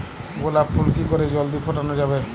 গোলাপ ফুল কি করে জলদি ফোটানো যাবে?